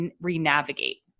re-navigate